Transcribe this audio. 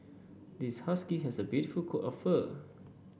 this husky has a beautiful coat of fur